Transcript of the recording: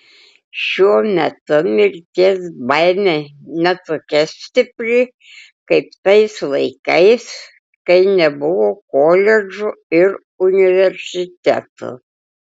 šiuo metu mirties baimė ne tokia stipri kaip tais laikais kai nebuvo koledžų ir universitetų